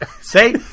say